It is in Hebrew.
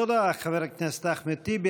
תודה, חבר הכנסת אחמד טיבי.